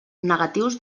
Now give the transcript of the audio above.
negatius